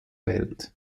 welt